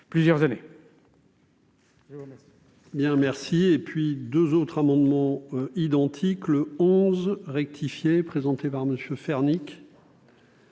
plusieurs années-